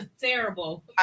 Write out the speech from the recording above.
terrible